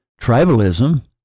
tribalism